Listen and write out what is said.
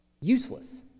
useless